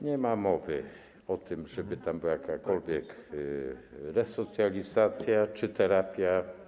Nie ma mowy o tym, żeby tam była jakakolwiek resocjalizacja czy terapia.